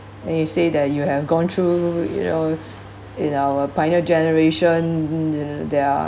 then you say that you have gone through you know in our pioneer generation and there are